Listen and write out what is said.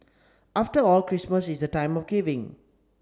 after all Christmas is the time of giving